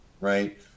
right